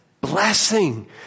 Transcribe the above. blessing